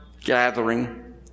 gathering